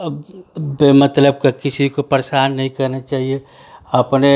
अब बे मतलब का किसी को परेशान नहीं करना चाहिए अपने